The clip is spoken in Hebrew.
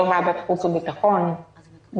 יושב-ראש ועדת החוץ והביטחון היום,